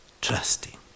trusting